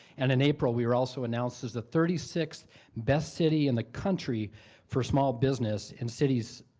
and in april, we were also announced as the thirty sixth best city in the country for small business in cities,